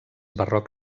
barroc